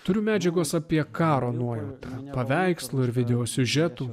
turiu medžiagos apie karo nuojauta paveikslų ir video siužetų